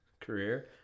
career